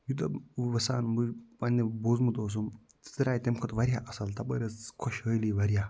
یوٗتاہ وَسان بہٕ پنٛنہِ بوٗزمُت اوسُم سُہ درٛایہِ تَمہِ کھۄتہٕ واریاہ اَصٕل تَپٲرۍ ٲسۍ خوشحٲلی واریاہ